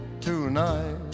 tonight